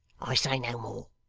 i say no more